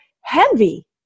heavy